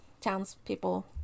townspeople